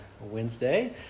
Wednesday